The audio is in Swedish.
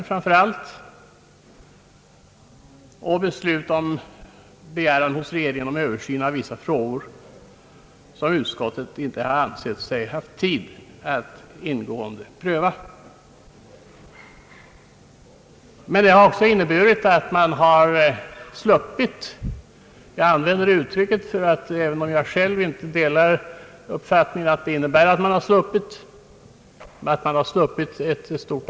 Man har också fattat beslut om att hos regeringen begära en Översyn av vissa frågor som utskottet inte har ansett sig ha tid att ingående pröva. Men det har därjämte inneburit att man har »sluppit» ett antal reservationer. Jag använder det uttrycket även om jag själv inte delar uppfattningen att det innebär att man har »sluppit».